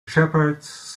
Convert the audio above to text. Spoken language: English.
shepherds